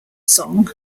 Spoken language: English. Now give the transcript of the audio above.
song